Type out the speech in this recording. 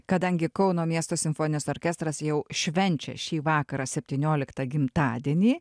kadangi kauno miesto simfoninis orkestras jau švenčia šį vakarą septynioliktą gimtadienį